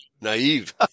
naive